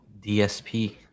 DSP